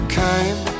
came